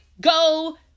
go